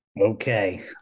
Okay